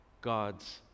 God's